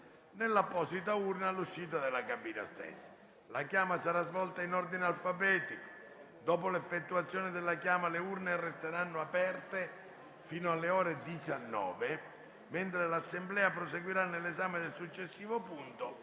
nell'apposita urna all'uscita della cabina stessa. La chiama sarà svolta in ordine alfabetico. Dopo l'effettuazione della chiama, le urne resteranno aperte fino alle ore 19, mentre l'Assemblea proseguirà nell'esame del successivo punto